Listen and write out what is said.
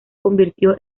convirtió